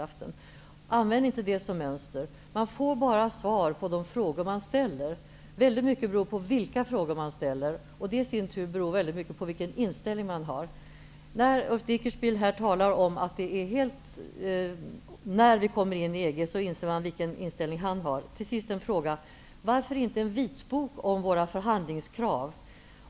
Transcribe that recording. Använd alltså inte den som mönster! Man får bara svar på de frågor som man ställer. Väldigt mycket beror på vilka frågor man ställer. Det i sin tur beror väldigt mycket på vilken inställning man har. Ulf Dinkelspiel säger ''när vi kommer in i EG''. Då inser man vilken inställning han har. Till sist en fråga: Varför inte en vitbok om våra förhandlingskrav?